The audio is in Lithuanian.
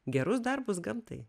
gerus darbus gamtai